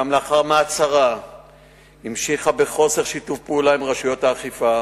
גם לאחר מעצרה המשיכה בחוסר שיתוף פעולה עם רשויות האכיפה